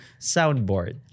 soundboard